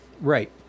Right